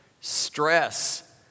stress